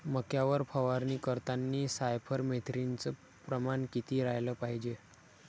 मक्यावर फवारनी करतांनी सायफर मेथ्रीनचं प्रमान किती रायलं पायजे?